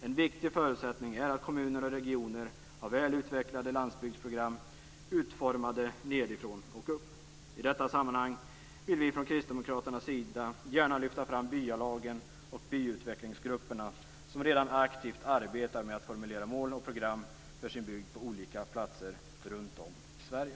En viktig förutsättning är att kommuner och regioner har väl utvecklade landsbygdsprogram utformade nedifrån och upp. I detta sammanhang vill vi från Kristdemokraternas sida gärna lyfta fram byalagen och byutvecklingsgrupperna som redan aktivt arbetar med att formulera mål och program för sin bygd på olika platser runt om i Sverige.